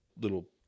little